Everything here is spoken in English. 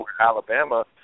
Alabama